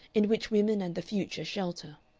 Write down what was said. in which women and the future shelter.